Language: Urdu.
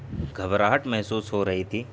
گھبراہٹ محسوس ہو رہی تھی